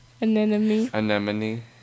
Anemone